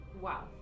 Wow